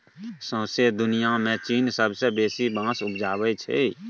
सौंसे दुनियाँ मे चीन सबसँ बेसी बाँस उपजाबै छै